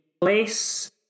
place